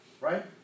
right